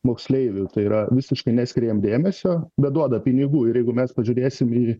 moksleiviu tai yra visiškai neskiria jam dėmesio bet duoda pinigų ir jeigu mes pažiūrėsim į